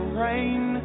rain